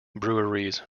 breweries